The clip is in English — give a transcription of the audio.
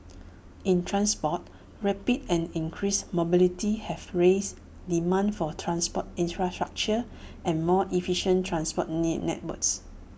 in transport rapid and increased mobility have raised demand for transport infrastructure and more efficient transport networks